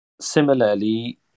similarly